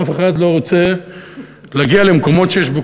אף אחד לא רוצה להגיע למקומות שיש בהם